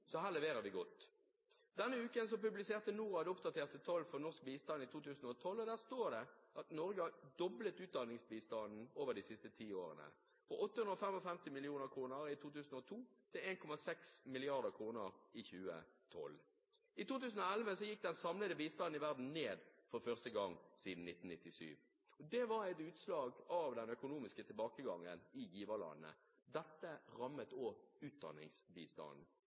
Så her leverer vi godt. Denne uken publiserte Norad oppdaterte tall for norsk bistand i 2012. Der står det at Norge har doblet utdanningsbistanden over de siste ti årene, fra 855 mill. kr i 2002 til 1,6 mrd. kr i 2012. I 2011 gikk den samlede bistanden i verden ned for første gang siden 1997. Det var et utslag av den økonomiske tilbakegangen i giverlandene. Dette rammet også utdanningsbistanden. Den økte derimot fra givere som Norge, Danmark, Storbritannia og